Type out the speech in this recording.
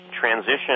transition